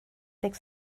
deg